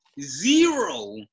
Zero